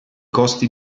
costi